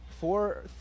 four